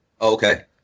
Okay